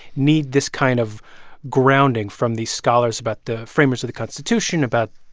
need this kind of grounding from these scholars about the framers of the constitution, about,